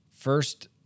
First